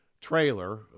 trailer